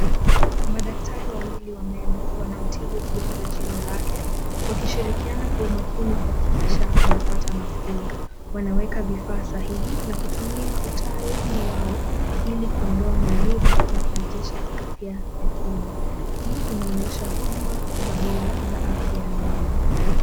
Madaktari wawili wa meno wanamtibu mgonjwa meno lake walishirikiana kwa umakini kuhakikisha anapata nafuu. Wanaweka vifaa sahihi na kutumia utaalamu wao ili kuondoa maumivu na kurejesha afya ya kinywa. Hii inaonyesha huduma za bora za afya ya meno.